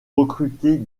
recruter